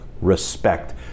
respect